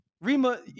Rima